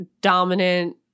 dominant